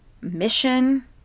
mission